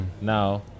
now